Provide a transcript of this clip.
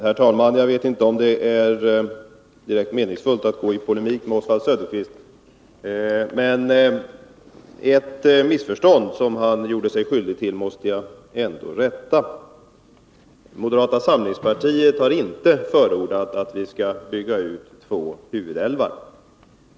Herr talman! Jag vet inte om det är direkt meningsfullt att gå in i polemik med Oswald Söderqvist, men ett missförstånd som han gjorde sig skyldig till måste jag ändå rätta. Moderata samlingspartiet har inte förordat att vi skall bygga ut två huvudälvar.